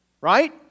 Right